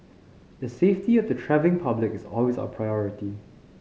the safety of the travelling public is always our priority